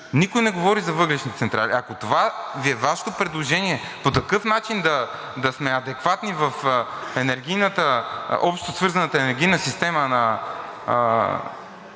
Никой не говори за въглищни централи. Ако това е Вашето предложение по такъв начин да сме адекватни в общо свързаната енергийна система на